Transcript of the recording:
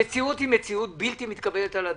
המציאות היא בלתי מתקבלת על הדעת.